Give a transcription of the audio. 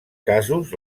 casos